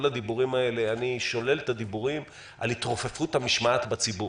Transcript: כל הדיבורים האלה אני שולל את הדיבורים על התרופפות המשמעת בציבור